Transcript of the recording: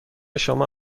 شما